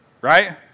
right